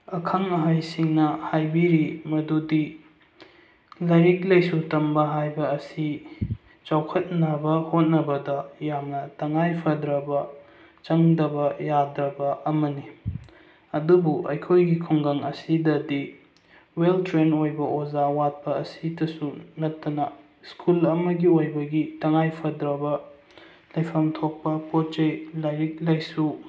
ꯑꯈꯪ ꯑꯍꯩꯁꯤꯡꯅ ꯍꯥꯏꯕꯤꯔꯤ ꯃꯗꯨꯗꯤ ꯂꯥꯏꯔꯤꯛ ꯂꯥꯏꯁꯨ ꯇꯝꯕ ꯍꯥꯏꯕ ꯑꯁꯤ ꯆꯥꯎꯈꯠꯅꯕ ꯍꯣꯠꯅꯕꯗ ꯌꯥꯝꯅ ꯇꯉꯥꯏ ꯐꯗ꯭ꯔꯕ ꯆꯪꯗꯕ ꯌꯥꯗ꯭ꯔꯕ ꯑꯃꯅꯤ ꯑꯗꯨꯕꯨ ꯑꯩꯈꯣꯏꯒꯤ ꯈꯨꯡꯒꯪ ꯑꯁꯤꯗꯗꯤ ꯋꯦꯜ ꯇ꯭ꯔꯦꯟ ꯑꯣꯏꯕ ꯑꯣꯖꯥ ꯋꯥꯠꯄ ꯑꯁꯤꯇꯁꯨ ꯅꯠꯇꯅ ꯁ꯭ꯀꯨꯜ ꯑꯃꯒꯤ ꯑꯣꯏꯕꯒꯤ ꯇꯉꯥꯏ ꯐꯗ꯭ꯔꯕ ꯂꯩꯐꯝ ꯊꯣꯛꯄ ꯄꯣꯠ ꯆꯩ ꯂꯥꯏꯔꯤꯛ ꯂꯥꯏꯁꯨ